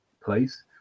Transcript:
place